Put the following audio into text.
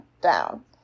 down